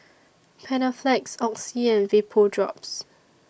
Panaflex Oxy and Vapodrops